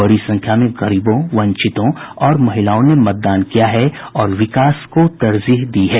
बड़ी संख्या में गरीबों वंचितो और महिलाओं ने मतदान किया है और विकास को तरजीह दी है